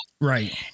Right